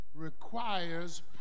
requires